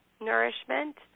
nourishment